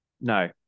No